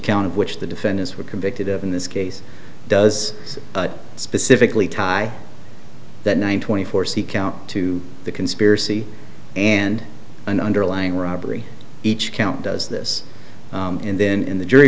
count of which the defendants were convicted of in this case does specifically tie that nine twenty four c count to the conspiracy and an underlying robbery each count does this and then in the jury